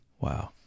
Wow